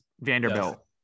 Vanderbilt